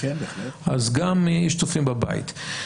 אז גם אם יש צופים בבית.